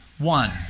One